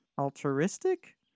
altruistic